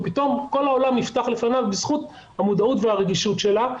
ופתאום כל העולם נפתח לפניו בזכות המודעות והרגישות שלה.